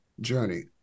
journey